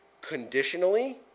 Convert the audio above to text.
conditionally